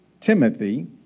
Timothy